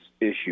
issue